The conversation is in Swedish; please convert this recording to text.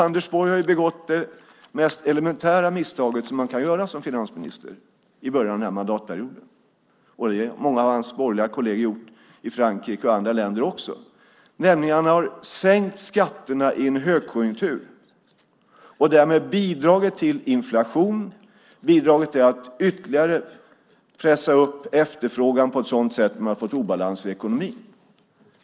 Anders Borg har begått det mest elementära misstag man kan göra som finansminister i början av den här mandatperioden. Det har många av hans borgerliga kolleger gjort i Frankrike och andra länder också. Han har nämligen sänkt skatterna i en högkonjunktur och därmed bidragit till inflation och till att ytterligare pressa upp efterfrågan på ett sådant sätt att man fått obalans i ekonomin.